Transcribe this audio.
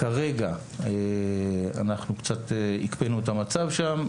כרגע אנחנו קצת הקפאנו את המצב שם,